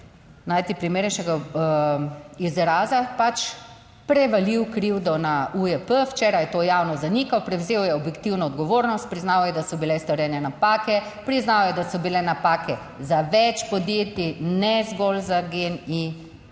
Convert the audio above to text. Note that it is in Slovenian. najti primernejšega izraza, pač prevalil krivdo na UJP, včeraj je to javno zanikal, prevzel je objektivno odgovornost, priznal je, da so bile storjene napake, priznal je, da so bile napake za več podjetij, ne zgolj GEN-I,